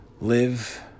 live